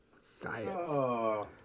Science